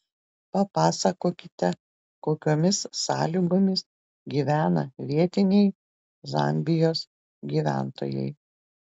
papasakokite kokiomis sąlygomis gyvena vietiniai zambijos gyventojai